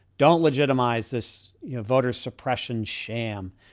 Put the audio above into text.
don't legitimize this you know voter suppression sham.